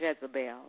Jezebel